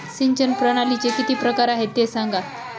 सिंचन प्रणालीचे किती प्रकार आहे ते सांगा